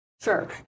sure